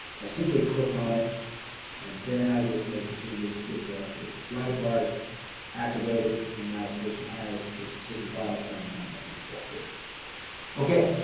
i simply click on it and then i just make the changes with the with the slider bars activated and now the patient has the specific vital sign that i'm looking for here okay,